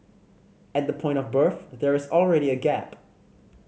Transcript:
at the point of birth there's already a gap